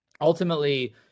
Ultimately